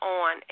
on